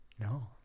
No